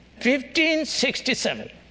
1567